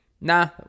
Nah